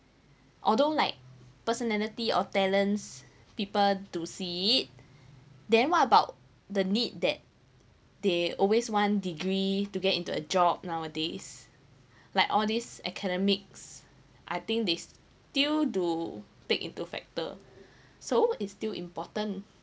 although like personality or talents people to see it then what about the need that they always want degree to get into a job nowadays like all these academics I think this due to pick into factor so is still important